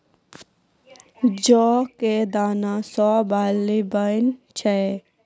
जौ कॅ दाना सॅ बार्ली बनै छै